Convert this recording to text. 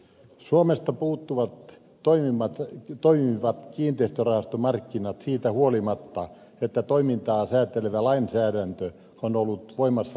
suomesta puuttuvat toimivat kiinteistörahastomarkkinat siitä huolimatta että toimintaa säätelevä lainsäädäntö on ollut voimassa jo pitkään